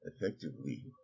effectively